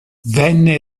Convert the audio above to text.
venne